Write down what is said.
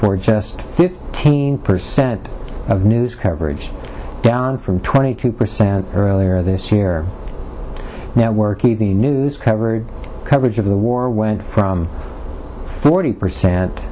for just fifteen percent of news coverage down from twenty two percent earlier this year network t v news coverage coverage of the war went from forty percent